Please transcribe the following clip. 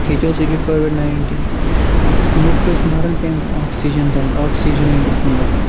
ییٚتہِ اوس أکہِ کوٚوِڈ نایِنٹیٖن لوٗکھ ٲسۍ مَران کَمہِ آکسیٖجَن دادِ آکسیٖجَنٕے اوس نہٕ لوٗکَن